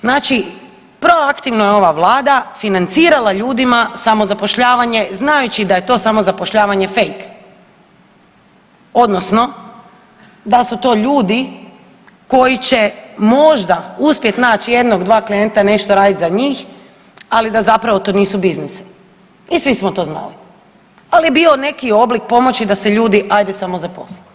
Znači proaktivno je ova vlada financirala ljudima samozapošljavanje znajući da je to samozapošljavanje fejk odnosno da su to ljudi koji će možda uspjet nać jednog dva klijenta i nešto radit za njih, ali da zapravo to nisu biznisi i svi smo to znali, al je bio neki oblik pomoći da se ljudi ajde samozaposle.